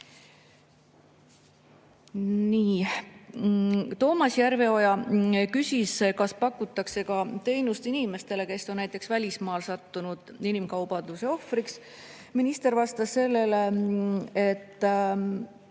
Toomas Järveoja küsis, kas teenust pakutakse ka inimestele, kes on näiteks välismaal sattunud inimkaubanduse ohvriks. Minister vastas sellele, et